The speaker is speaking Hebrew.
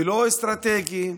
לא אסטרטגית,